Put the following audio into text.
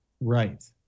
Right